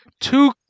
two